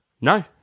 no